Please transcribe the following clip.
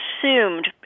assumed